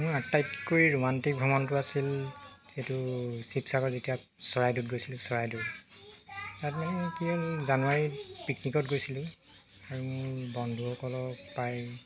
মোৰ আটাইতকৈ ৰোমাণ্টিক ভ্ৰমণটো আছিল সেইটো শিবসাগৰ যেতিয়া চৰাইদেউত গৈছিলো চৰাইদেউ তাত মানে কি হ'ল জানুৱাৰীত পিকনিকত গৈছিলো মোৰ বন্ধুসকলক পাই